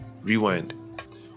rewind